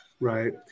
right